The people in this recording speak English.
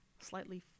Slightly